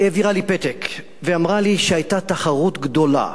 העבירה לי פתק ואמרה לי שהיתה תחרות גדולה